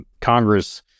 Congress